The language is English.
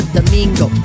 Domingo